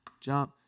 jump